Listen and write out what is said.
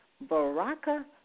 Baraka